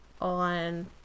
on